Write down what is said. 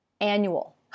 annual